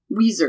weezer